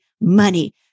money